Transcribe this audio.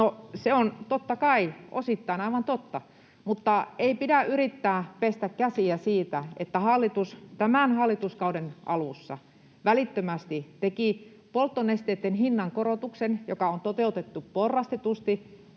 se on totta kai osittain aivan totta, mutta ei pidä yrittää pestä käsiä siitä, että hallitus tämän hallituskauden alussa välittömästi teki polttonesteitten hinnankorotuksen, joka on toteutettu porrastetusti